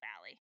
valley